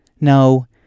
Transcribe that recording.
No